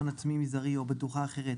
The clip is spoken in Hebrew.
הון עצמי מזערי או בטוחה אחרת,